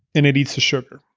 and it eats the sugar.